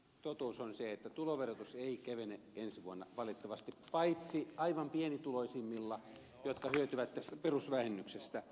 totuus on se että tuloverotus ei kevene ensi vuonna valitettavasti paitsi aivan pienituloisimmilla jotka hyötyvät tästä perusvähennyksestä